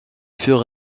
fur